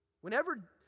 Whenever